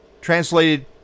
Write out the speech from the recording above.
Translated